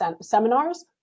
seminars